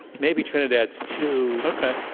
maybe trinidad's two. ok.